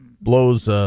blows